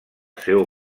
seu